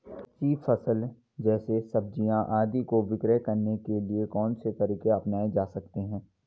कच्ची फसल जैसे सब्जियाँ आदि को विक्रय करने के लिये कौन से तरीके अपनायें जा सकते हैं?